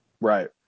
Right